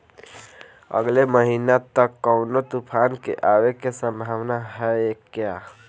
अगले महीना तक कौनो तूफान के आवे के संभावाना है क्या?